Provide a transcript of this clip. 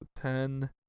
ten